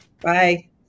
Bye